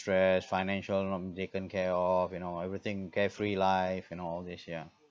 stress financial I'm taken care of you know everything carefree life you know all these ya